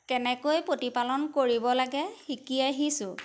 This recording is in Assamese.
কেনেকৈ প্ৰতিপালন কৰিব লাগে শিকি আহিছোঁ